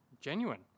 genuine